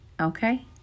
okay